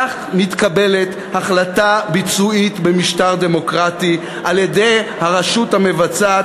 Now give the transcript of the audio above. כך מתקבלת החלטה ביצועית במשטר דמוקרטי על-ידי הרשות המבצעת.